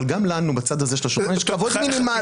גם לנו בצד הזה של השולחן יש כבוד מינימלי.